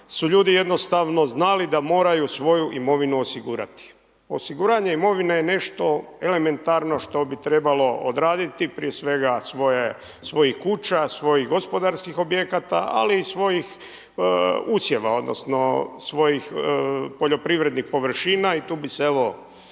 su ljudi jednostavno znali da moraju svoju imovinu osigurati. Osiguranje imovine je nešto elementarno, što bi trebalo odraditi, prije svega svojih kuća, svojih gospodarskih objekta, ali i svojih usjeva, odnosno, svojih poljoprivrednih površina i tu bi se evo